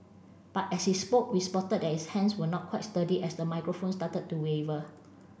but as he spoke we spotted that his hands were not quite sturdy as the microphone started to waver